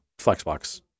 Flexbox